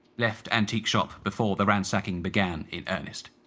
left antiques shop before the ransacking began in earnest.